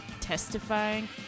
testifying